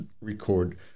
record